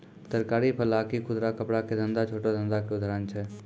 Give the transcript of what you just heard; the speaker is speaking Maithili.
तरकारी, फल आकि खुदरा कपड़ा के धंधा छोटो धंधा के उदाहरण छै